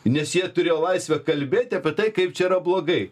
nes jie turėjo laisvę kalbėti apie tai kaip čia yra blogai